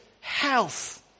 health